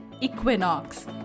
Equinox